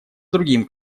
другим